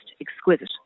exquisite